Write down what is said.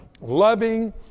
loving